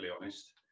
honest